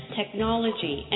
technology